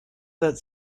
that